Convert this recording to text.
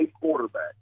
quarterback